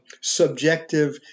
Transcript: subjective